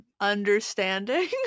understanding